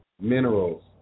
minerals